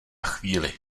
chvíli